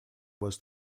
was